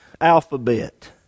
alphabet